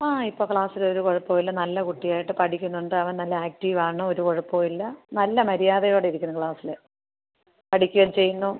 ആ ഇപ്പോൾ ക്ലാസിൽ ഒരു കുഴപ്പമില്ല നല്ല കുട്ടിയായിട്ട് പഠിക്കുന്നുണ്ട് അവൻ നല്ല ആക്റ്റീവാണ് ഒരു കുഴപ്പവുമില്ല നല്ല മര്യാദയോടെ ഇരിക്കുന്ന ക്ലാസിൽ പഠിക്കുകയും ചെയ്യുന്നു